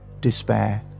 despair